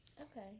Okay